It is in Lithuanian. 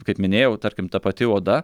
kaip minėjau tarkim ta pati oda